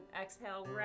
Exhale